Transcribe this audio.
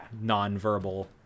Non-verbal